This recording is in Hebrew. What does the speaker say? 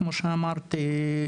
כמו שאמרתי,